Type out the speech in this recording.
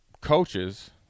coaches